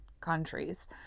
countries